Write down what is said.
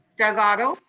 doug otto.